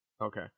Okay